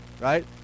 right